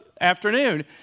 afternoon